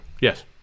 Yes